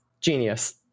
genius